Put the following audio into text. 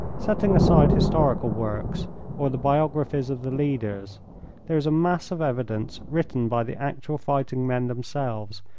setting aside historical works or the biographies of the leaders there is a mass of evidence written by the actual fighting men themselves,